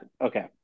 Okay